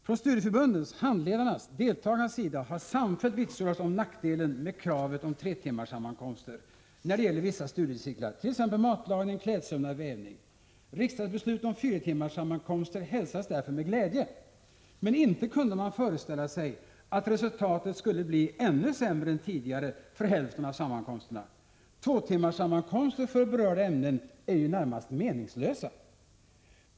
Från studieförbundens, handledarnas och deltagarnas sida har samfällt vitsordats nackdelen med kravet på tretimmarssammankomster när det gäller vissa studiecirklar, t.ex. matlagning, klädsömnad och vävning. Riksdagsbeslutet om fyratimmarssammankomster hälsades därför med glädje. Men inte kunde man föreställa sig att resultatet skulle bli ännu sämre än tidigare för hälften av sammankomsterna! Tvåtimmarssammankomster för berörda ämnen är ju närmast meningslösa.